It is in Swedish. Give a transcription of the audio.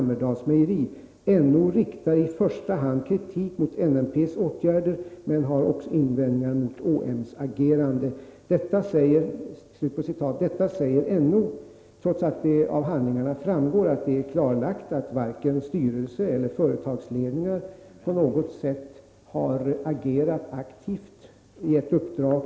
Trots regeringsrättens dom framhärdar Bodens kommuns kulturnämnd i sitt tidigare ståndpunktstagande med en otillbörlig favorisering av ABF i ett beslut av den 20 december 1983.